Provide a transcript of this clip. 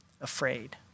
afraid